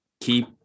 keep